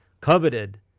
coveted